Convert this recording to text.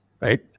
right